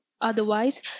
Otherwise